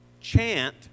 chant